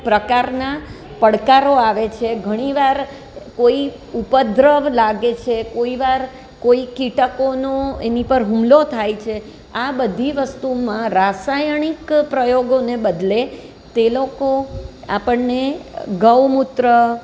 પ્રકારના પડકારો આવે છે ઘણી વાર કોઈ ઉપદ્રવ લાગે છે કોઈવાર કોઈ કિટકોનો એની પર હુમલો થાય છે આ બધી વસ્તુમાં રાસાયણિક પ્રયોગોને બદલે તે લોકો આપણને ગૌમૂત્ર